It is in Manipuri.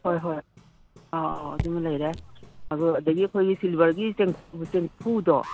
ꯍꯣꯏ ꯍꯣꯏ ꯑꯧ ꯑꯗꯨꯃ ꯂꯩꯔꯦ ꯑꯗꯣ ꯑꯗꯒꯤ ꯑꯩꯈꯣꯏꯒꯤ ꯁꯤꯜꯚꯔꯒꯤ ꯆꯦꯡꯐꯨꯗꯣ